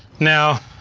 now